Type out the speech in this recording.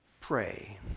pray